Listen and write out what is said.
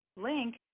link